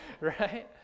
right